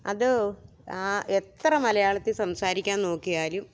അത് ആ എത്ര മലയാളത്തിൽ സംസാരിക്കാൻ നോക്കിയാലും